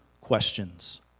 questions